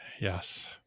Yes